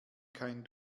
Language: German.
kein